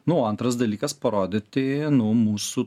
nu o antras dalykas parodyti nu mūsų